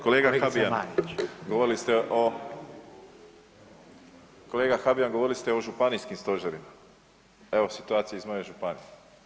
Kolega Habijan govorili ste o, kolega Habijan govorili ste o županijskim stožerima, evo situacije iz moje županije.